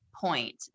point